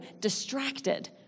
distracted